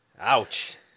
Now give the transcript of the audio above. Ouch